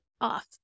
off